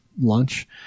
lunch